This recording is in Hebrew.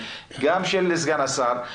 גם של סגן השר,